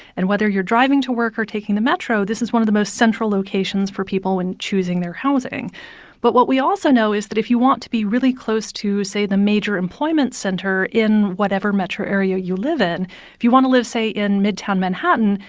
and whether you're driving to work or taking the metro, this is one of the most central locations for people when choosing their housing but what we also know is that if you want to be really close to, say, the major employment center in whatever metro area you live in if you want to live, say, in midtown manhattan,